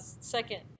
second